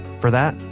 for that,